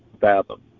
fathom